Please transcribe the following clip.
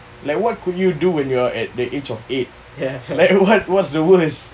like what could you do when you're at the age of eight like what's the worst